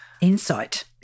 Insight